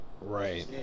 right